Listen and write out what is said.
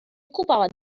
occupava